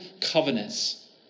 covenants